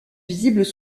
visibles